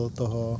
toho